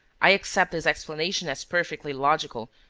i accept this explanation as perfectly logical.